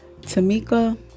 Tamika